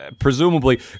presumably